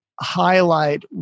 highlight